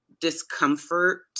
discomfort